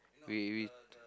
we we